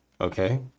Okay